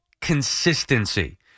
consistency